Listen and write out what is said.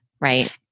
right